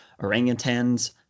orangutans